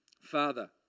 Father